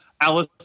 Alice